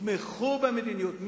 יתמכו במדיניות.